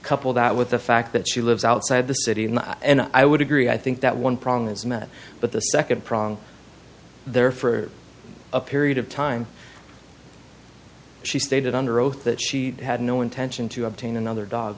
couple that with the fact that she lives outside the city and and i would agree i think that one prong is met but the second prong there for a period of time she stated under oath that she had no intention to obtain another dog